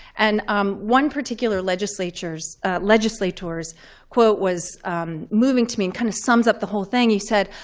and um one particular legislator's legislator's quote was moving to me and kind of sums up the whole thing. he said,